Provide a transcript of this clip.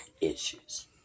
issues